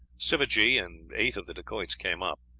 sivajee and eight of the dacoits came up.